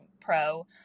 pro